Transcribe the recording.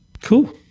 Cool